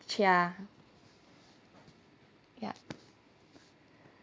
chia yup